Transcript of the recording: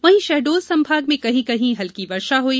वहीं शहडोल संभाग में कहीं कहीं हल्की वर्षा हुई